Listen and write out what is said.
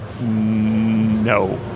no